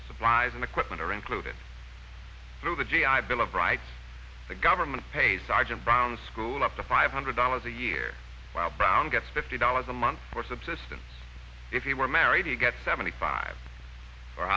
supplies and equipment are included through the g i bill of rights the government pays sergeant brown's school up to five hundred dollars a year while brown gets fifty dollars a month for subsistence if he were married he gets seventy five